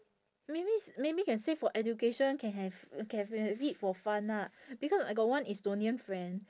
maybe s~ maybe can say for education can have can have it for fun lah because I got one estonian friend